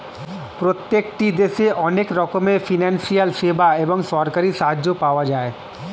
প্রত্যেকটি দেশে অনেক রকমের ফিনান্সিয়াল সেবা এবং সরকারি সাহায্য পাওয়া যায়